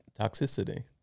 toxicity